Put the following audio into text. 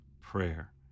prayer